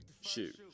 Shoot